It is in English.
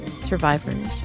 survivors